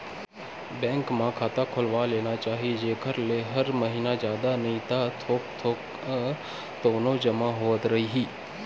bank म खाता खोलवा लेना चाही जेखर ले हर महिना जादा नइ ता थोक थोक तउनो जमा होवत रइही